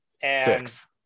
Six